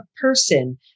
person